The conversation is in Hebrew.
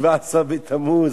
17 בתמוז,